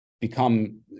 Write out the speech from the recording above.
become